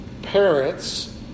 Parents